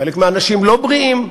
חלק מהאנשים לא בריאים,